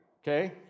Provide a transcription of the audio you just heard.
Okay